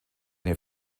eine